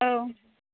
औ